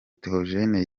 theogene